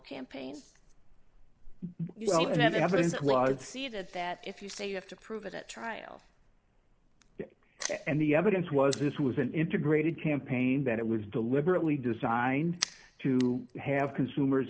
campaign and then evidence well i'd see that that if you say you have to prove it at trial and the evidence was this was an integrated campaign that it was deliberately designed to have consumers